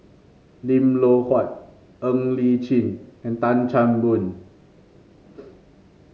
Lim Loh Huat Ng Li Chin and Tan Chan Boon